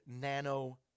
nano